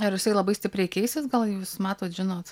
ar jisai labai stipriai keisis gal jūs matot žinot